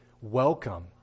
welcome